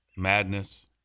Madness